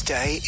Day